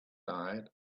died